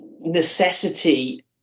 necessity